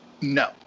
No